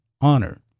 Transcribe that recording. honor